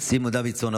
סימון דוידסון,